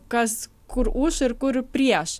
kas kur už ir kur prieš